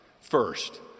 First